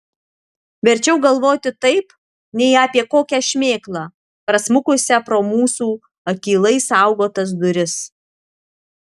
verčiau galvoti taip nei apie kokią šmėklą prasmukusią pro mūsų akylai saugotas duris